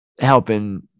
helping